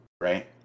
right